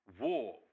walk